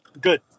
Good